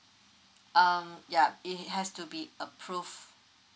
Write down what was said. um yup it has to be a proof